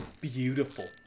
beautiful